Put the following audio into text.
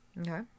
Okay